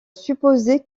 supposer